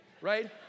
right